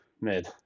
mid